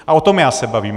A o tom já se bavím.